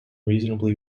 reasonably